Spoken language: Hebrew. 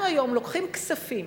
אנחנו היום לוקחים כספים